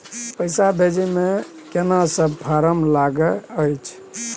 पैसा भेजै मे केना सब फारम लागय अएछ?